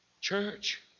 Church